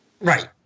Right